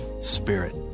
spirit